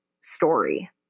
story